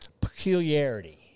peculiarity